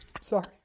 Sorry